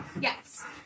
Yes